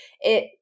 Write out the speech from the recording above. It-